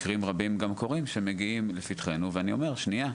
במקרים רבים גם קורה שמגיעים לפתחנו ואני אומר: שנייה,